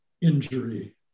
injury